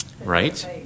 Right